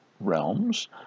realms